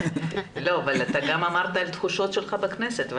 אבל גם אמרת על התחושות שלך בכנסת,